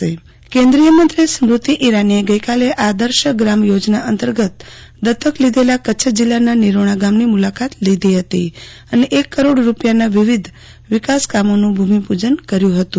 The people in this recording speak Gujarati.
આરતી ભટ્ કાપડમંત્રી સ્મૃતિ ઇરાની કેન્દ્રીયમંત્રી સ્મ્રતિ ઇરાનીએ આર્દશ ગ્રામ યોજના અંતર્ગત દત્તક લીધેલા કચ્છ જિલ્લાના નિરોણા ગામની મુલાકાત લીધી હતી અને એક કરોડ રૂપિયાના વિવિધ વિકાસકામોનું ભૂમિપૂજન કર્યું હતું